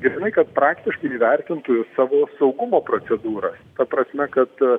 ir žinai kad praktiškai įvertintų savo saugumo procedūras ta prasme kad